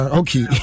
okay